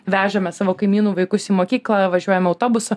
vežėme savo kaimynų vaikus į mokyklą važiuojame autobusu